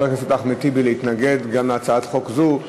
הכנסת אחמד טיבי להתנגד גם להצעת חוק זו.